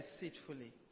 deceitfully